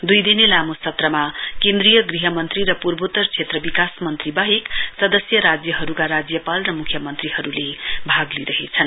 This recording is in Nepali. दुई दिने लामो सत्रमा केन्द्रीय गृहमन्त्री र पूर्वोत्तर क्षेत्र विकास मन्त्री वाहेक सदस्य राज्यहरूका राज्यपाल र मुख्यमन्त्रीहरूले भाग लिइरहेछन्